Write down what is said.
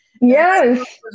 Yes